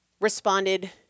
responded